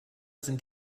sind